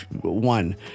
one